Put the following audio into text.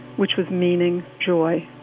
which was meaning, joy,